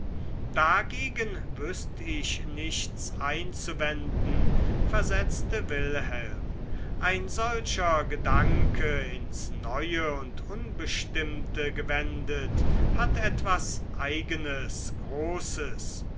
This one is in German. dagegen wüßt ich nichts einzuwenden versetzte wilhelm ein solcher gedanke ins neue und unbestimmte gewendet hat etwas eigenes großes